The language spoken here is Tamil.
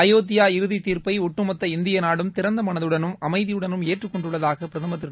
அயோத்தி இறுதித்தீர்ப்பை ஒட்டுமொத்த இந்திய நாடும் திறந்த மனதுடனும் அமைதியுடனும் ஏற்றுக்கொண்டுள்ளதாக பிரதமர் திரு